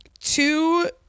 two